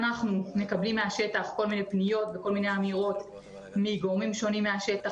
ניות וכל מיני אמירות מגורמים שונים מהשטח